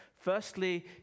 Firstly